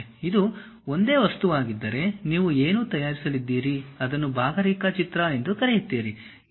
ಇದು ಒಂದೇ ವಸ್ತುವಾಗಿದ್ದರೆ ನೀವು ಏನು ತಯಾರಿಸಲಿದ್ದೀರಿ ಅದನ್ನು ಭಾಗರೇಖಾಚಿತ್ರ ಎಂದು ಕರೆಯುತ್ತೀರಿ